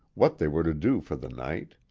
what they were to do for the night.